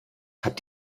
habt